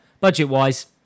budget-wise